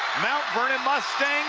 mount vernon mustangs